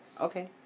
Okay